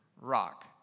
Rock